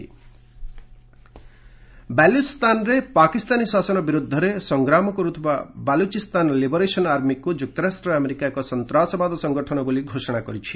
US Pak Baluch ବାଲ୍ଇଚସ୍ତାନରେ ପାକିସ୍ତାନୀ ଶାସନ ବିରୃଦ୍ଧରେ ସଂଗ୍ରାମ କର୍ତ୍ତବା ବାଲୁଚିସ୍ତାନ ଲିବରେସନ୍ ଆର୍ମିକୁ ଯୁକ୍ତରାଷ୍ଟ୍ର ଆମେରିକା ଏକ ସନ୍ତାସବାଦ ସଂଗଠନ ବୋଲି ଘୋଷଣା କରିଛି